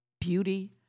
beauty